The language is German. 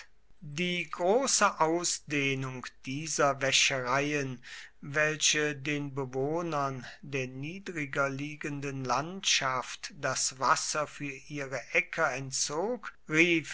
die große ausdehnung dieser wäschereien welche den bewohnern der niedriger liegenden landschaft das wasser für ihre äcker entzog rief